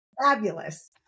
Fabulous